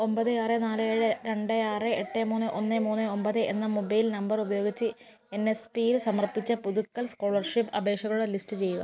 ഒൻപത് ആറ് നാല് ഏഴ് രണ്ട് ആറ് എട്ട് മൂന്ന് ഒന്ന് മൂന്ന് ഒൻപത് എന്ന മൊബൈൽ നമ്പർ ഉപയോഗിച്ച് എൻ എസ് പിയിൽ സമർപ്പിച്ച പുതുക്കൽ സ്കോളർഷിപ്പ് അപേക്ഷകളുടെ ലിസ്റ്റ് ചെയ്യുക